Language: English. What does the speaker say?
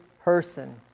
person